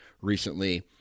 recently